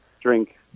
drink